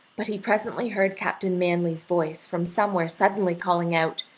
but he presently heard captain manly's voice from somewhere suddenly calling out,